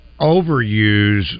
overuse